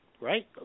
right